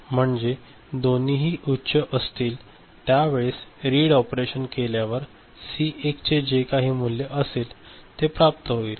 म्हणजे दोन्हीही उच्च असतील त्यावेळेस रीड ऑपरेशन केल्यावर सी 1 चे जे काही मूल्य असेल ते प्राप्त होईल